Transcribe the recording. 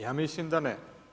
Ja mislim da ne.